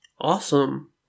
Awesome